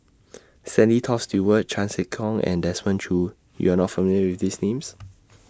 Stanley Toft Stewart Chan Sek Keong and Desmond Choo YOU Are not familiar with These Names